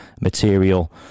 material